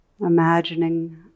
Imagining